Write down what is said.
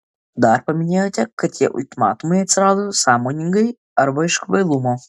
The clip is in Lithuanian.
dar paminėjote kad tie ultimatumai atsirado sąmoningai arba iš kvailumo